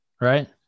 right